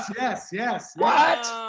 yes yes.